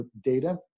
data